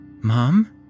Mom